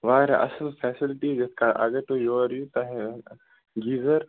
وارٕیاہ اصٕل فیسَلٹی یِتھ کٔنۍ اگر تُہۍ یور یِیو گیٖزَر